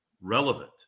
relevant